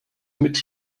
mit